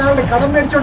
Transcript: the government